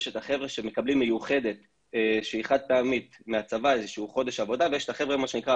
יש סיוע, מה שנקרא,